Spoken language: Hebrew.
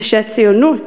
ושהציונות,